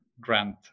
grant